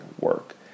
work